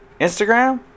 instagram